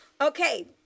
okay